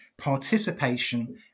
Participation